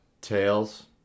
Tails